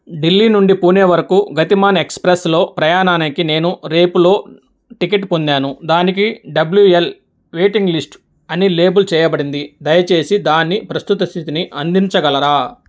ఢిల్లీ నుండి పూణే వరకు గతిమాన్ ఎస్ప్రెస్లో ప్రయాణానికి నేను రేపటి టికెట్ పొందాను దానికి డబ్ల్యూఎల్ వెయిటింగ్ లిస్ట్ అని లేబుల్ చేయబడింది దయచేసి దాని ప్రస్తుత స్థితిని అందించగలరా